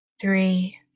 three